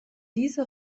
diese